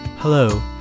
Hello